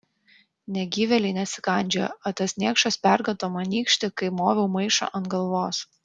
negyvėliai nesikandžioja o tas niekšas perkando man nykštį kai moviau maišą ant galvos